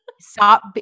stop